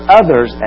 others